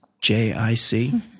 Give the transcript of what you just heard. J-I-C